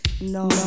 No